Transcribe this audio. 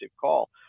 call